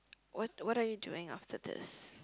what what are you doing after this